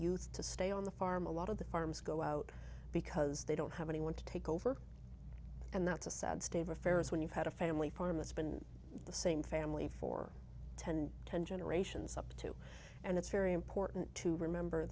youth to stay on the farm a lot of the farms go out because they don't have anyone to take over and that's a sad state of affairs when you've had a family farm it's been the same family for ten ten generations up to and it's very important to remember